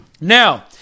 Now